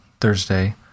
Thursday